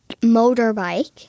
motorbike